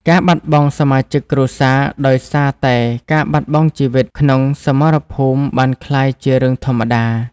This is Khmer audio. ការបាត់បង់សមាជិកគ្រួសារដោយសារតែការបាត់បង់ជីវិតក្នុងសមរភូមិបានក្លាយជារឿងធម្មតា។